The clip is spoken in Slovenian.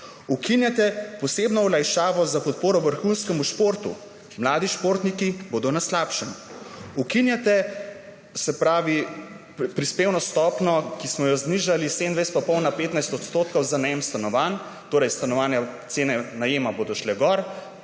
Ukinjate posebno olajšavo za podporo vrhunskemu športu. Mladi športniki bodo na slabšem. Ukinjate prispevno stopnjo, ki smo jo znižali s 27,5 % na 15 % za najem stanovanj, torej stanovanja, cene najema bodo šle gor,